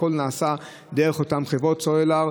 הכול נעשה דרך אותן חברות סלולר.